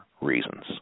reasons